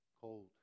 cold